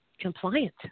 compliant